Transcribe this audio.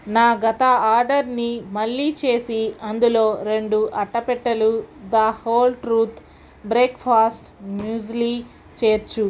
నా గత ఆర్డర్ని మళ్ళీ చేసి అందులో రెండు అట్టపెట్టెలు the whole truth breakfast muesli చేర్చు